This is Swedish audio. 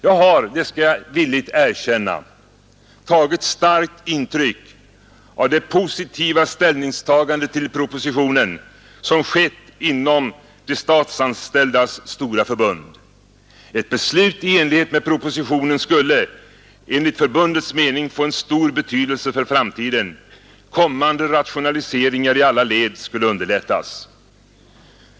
Jag har — det skall jag villigt erkänna — tagit starkt intryck av det positiva ställningstagandet till propositionen som skett inom Statsanställdas förbund. Ett beslut i enlighet med propositionen skulle enligt förbundets mening få en stor betydelse för framtiden. Kommande rationaliseringar i alla led skulle underlättas.